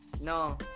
No